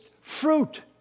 fruit